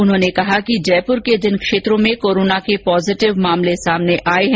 मुख्यमंत्री ने कहा कि जयपुर के जिन क्षेत्रों में कोरोना के पॉजिटिव मामले सामने आये है